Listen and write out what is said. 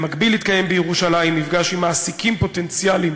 במקביל יתקיים בירושלים מפגש עם מעסיקים פוטנציאליים